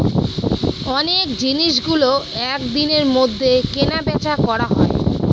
অনেক জিনিসগুলো এক দিনের মধ্যে কেনা বেচা করা হয়